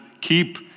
keep